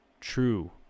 true